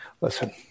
listen